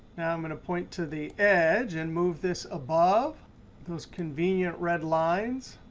i'm going to point to the edge and move this above those convenient red lines.